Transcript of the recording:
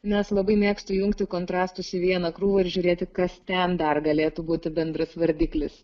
nes labai mėgstu jungti kontrastus į vieną krūvą ir žiūrėti kas ten dar galėtų būti bendras vardiklis